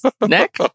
neck